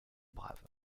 braves